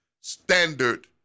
standard